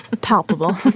palpable